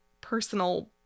personal